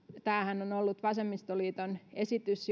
tämähän on on ollut vasemmistoliiton esitys